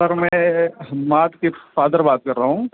سر میں حماد کے فادر بات کر رہا ہوں